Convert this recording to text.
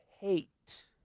hate